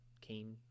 came